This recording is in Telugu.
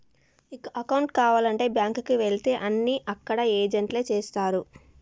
ఇక అకౌంటు కావాలంటే బ్యాంకుకి వెళితే అన్నీ అక్కడ ఏజెంట్లే చేస్తరు